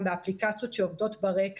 באפליקציות שעובדות ברקע.